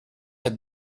had